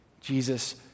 Jesus